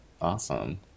awesome